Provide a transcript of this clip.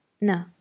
No